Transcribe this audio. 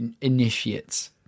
initiates